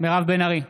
מירב בן ארי,